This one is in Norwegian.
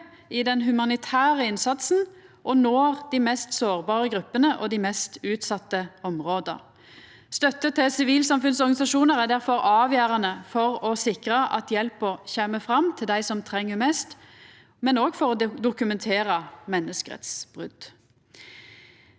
i den humanitære innsatsen og når dei mest sårbare gruppene og dei mest utsette områda. Støtte til sivilsamfunnsorganisasjonar er difor avgjerande for å sikra at hjelpa kjem fram til dei som treng ho mest, men òg for å dokumentera menneskerettsbrot.